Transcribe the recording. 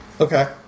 Okay